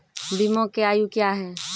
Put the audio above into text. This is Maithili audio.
बीमा के आयु क्या हैं?